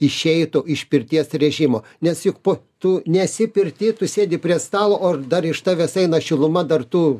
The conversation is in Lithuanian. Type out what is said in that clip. išeitų iš pirties režimo nes juk po tu nesi pirty tu sėdi prie stalo o dar iš tavęs eina šiluma dar tu